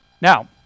Now